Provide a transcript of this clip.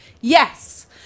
Yes